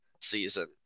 season